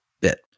bit